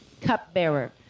cupbearer